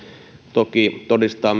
toki todistaa